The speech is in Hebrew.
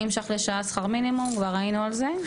₪ לשעה שכר מינימום כבר היינו על זה,